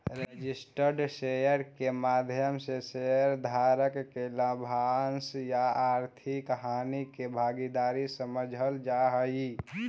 registered share के माध्यम से शेयर धारक के लाभांश या आर्थिक हानि के भागीदार समझल जा हइ